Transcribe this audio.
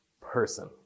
person